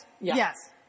Yes